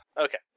okay